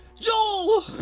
joel